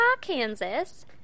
Kansas